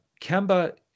Kemba